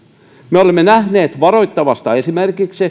me olemme nähneet varoittavan esimerkin